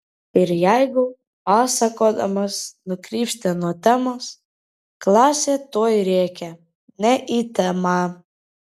ir jeigu pasakodamas nukrypsti nuo temos klasė tuoj rėkia ne į temą